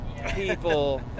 people